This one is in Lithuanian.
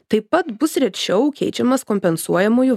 taip pat bus rečiau keičiamas kompensuojamųjų